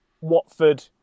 Watford